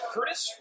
Curtis